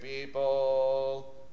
people